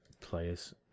players